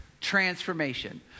transformation